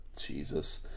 Jesus